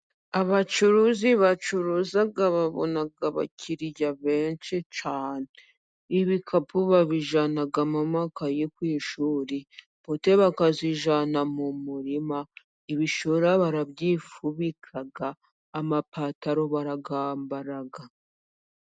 Abacuruzi bacuruza babona abakiriya benshi cyane, ibikapu babijyanamo amakaye ku ishuri bote bakazijyana mu murima, ibishora barabyifubika amapataro barayambara.